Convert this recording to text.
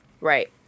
right